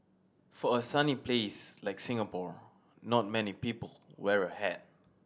for a sunny place like Singapore not many people wear a hat